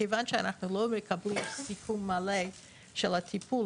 מכיוון שאנחנו לא מקבלים סיכום מלא של הטיפול,